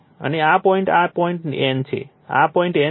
અને આ પોઇન્ટ આ પોઇન્ટ N છે આ પોઇન્ટ N છે